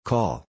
Call